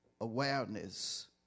awareness